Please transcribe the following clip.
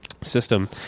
system